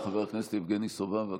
חבר הכנסת יבגני סובה, בבקשה.